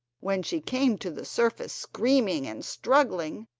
when she came to the surface screaming and struggling,